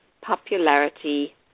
popularity